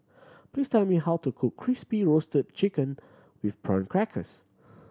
please tell me how to cook Crispy Roasted Chicken with Prawn Crackers